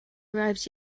arrived